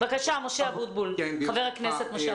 בבקשה, חבר הכנסת משה אבוטבול.